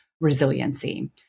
resiliency